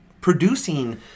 producing